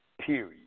period